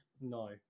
no